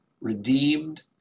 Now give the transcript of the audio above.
redeemed